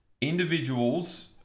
individuals